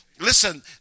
Listen